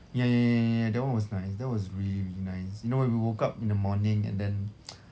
ya ya ya ya ya that [one] was nice that was really really nice you know when we woke up in the morning and then